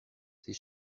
ses